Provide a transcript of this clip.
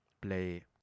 play